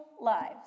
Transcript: lives